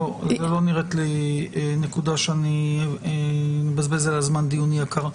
זו נראית לי נקודה שנבזבז עליה זמן דיון יקר.